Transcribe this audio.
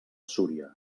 súria